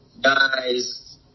Guys